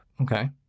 okay